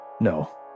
no